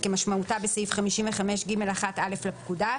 כמשמעותה בסעיף 55ג1(א) לפקודה,